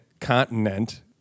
continent